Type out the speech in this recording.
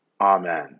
Amen